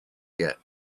yet